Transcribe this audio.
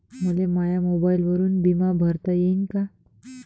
मले माया मोबाईलवरून बिमा भरता येईन का?